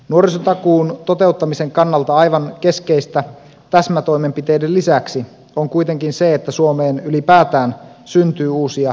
nuorisotakuun toteuttamisen kannalta aivan keskeistä täsmätoimenpiteiden lisäksi on kuitenkin se että suomeen ylipäätään syntyy uusia työpaikkoja